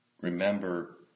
remember